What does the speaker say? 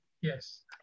Yes